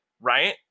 Right